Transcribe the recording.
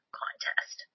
contest